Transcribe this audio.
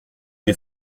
des